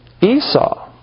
Esau